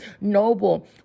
noble